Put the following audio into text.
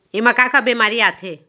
एमा का का बेमारी आथे?